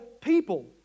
people